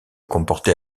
comportait